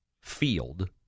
field